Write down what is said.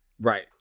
right